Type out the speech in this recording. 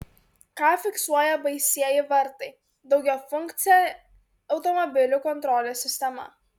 ką fiksuoja baisieji vartai daugiafunkcė automobilių kontrolės sistema